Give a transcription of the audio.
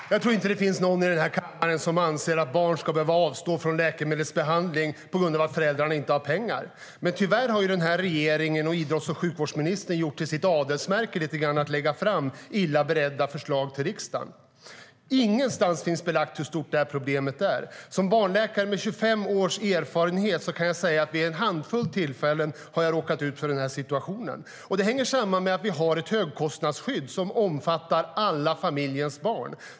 Herr talman! Jag tror inte att det finns någon i den här kammaren som anser att barn ska behöva avstå från läkemedelsbehandling på grund av att föräldrarna inte har pengar. Men tyvärr har den här regeringen och idrotts och sjukvårdsministern lite grann gjort till sitt adelsmärke att lägga fram illa beredda förslag till riksdagen. Ingenstans finns belagt hur stort det här problemet är. Som barnläkare med 25 års erfarenhet kan jag säga att jag vid en handfull tillfällen har råkat ut för den här situationen. Det hänger samman med att vi har ett högkostnadsskydd som omfattar alla familjens barn.